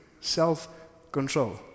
Self-control